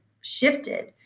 shifted